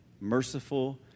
merciful